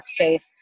workspace